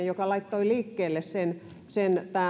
joka laittoi liikkeelle tämän